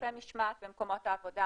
הליכי המשמעת במקומות העבודה,